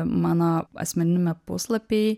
mano asmeniniame puslapy